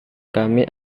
kami